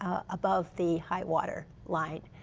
ah above the high water line.